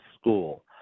school